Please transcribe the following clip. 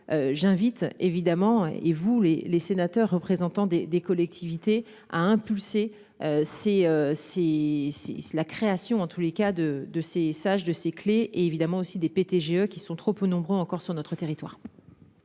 j'invite évidemment et vous les les sénateurs représentants des des collectivités a impulsé. Si si si la création en tous les cas de de ces sages de ses clés évidemment aussi des péter GE qui sont trop peu nombreux encore sur notre territoire.